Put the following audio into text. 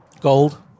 Gold